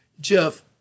Jeff